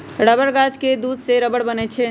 rubber गाछ के दूध से रबर बनै छै